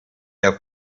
der